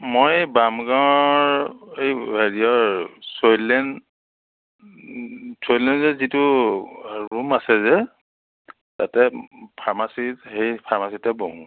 মই বামগাঁৱৰ এই হেৰিয়ৰ শৈলেন শৈলেনে যিটো ৰুম আছে যে তাতে ফাৰ্মাচীত সেই ফাৰ্মাচীতে বহোঁ